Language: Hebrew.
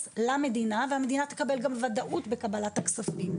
למדינה והמדינה גם תקבל וודאות בקבלת הכספים.